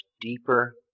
deeper